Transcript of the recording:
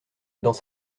dans